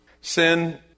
Sin